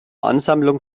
ansammlung